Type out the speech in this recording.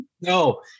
No